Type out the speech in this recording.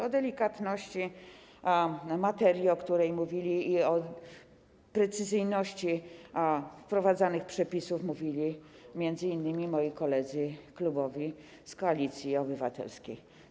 O delikatności materii i o precyzyjności wprowadzanych przepisów mówili m.in. moi koledzy klubowi z Koalicji Obywatelskiej.